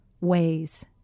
ways